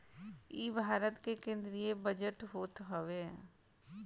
इ भारत के केंद्रीय बजट होत हवे